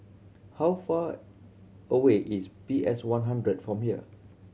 how far away is P S One hundred from here